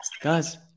Guys